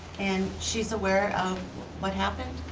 and she's aware of what happened?